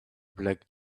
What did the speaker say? black